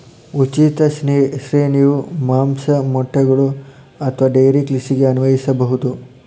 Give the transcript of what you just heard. ಉಚಿತ ಶ್ರೇಣಿಯು ಮಾಂಸ, ಮೊಟ್ಟೆಗಳು ಅಥವಾ ಡೈರಿ ಕೃಷಿಗೆ ಅನ್ವಯಿಸಬಹುದು